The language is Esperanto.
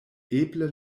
eble